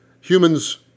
humans